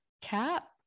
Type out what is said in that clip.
Cap